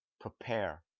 prepare